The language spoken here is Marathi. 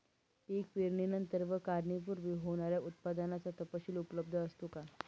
पीक पेरणीनंतर व काढणीपूर्वी होणाऱ्या उत्पादनाचा तपशील उपलब्ध असतो का?